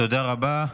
תודה רבה.